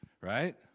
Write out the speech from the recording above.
right